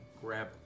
grab